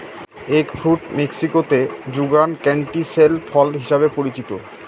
egg fruit মেক্সিকোতে যুগান ক্যান্টিসেল ফল হিসাবে পরিচিত